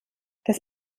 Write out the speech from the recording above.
das